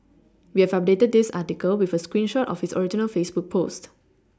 we have updated this article with a screen shot of his original Facebook post